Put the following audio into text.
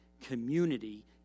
Community